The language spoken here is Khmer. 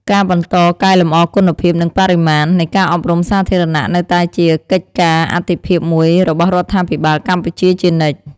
ការបន្ត កែលម្អគុណភាព និងបរិមាណ នៃការអប់រំសាធារណៈនៅតែជាកិច្ចការអាទិភាពមួយរបស់រដ្ឋាភិបាលកម្ពុជាជានិច្ច។